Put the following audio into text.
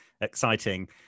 exciting